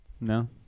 no